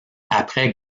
après